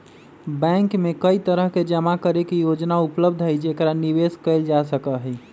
bank में कई तरह के जमा करे के योजना उपलब्ध हई जेकरा निवेश कइल जा सका हई